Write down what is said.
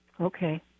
Okay